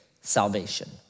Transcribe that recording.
salvation